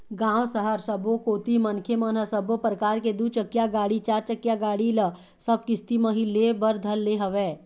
गाँव, सहर सबो कोती मनखे मन ह सब्बो परकार के दू चकिया गाड़ी, चारचकिया गाड़ी ल सब किस्ती म ही ले बर धर ले हवय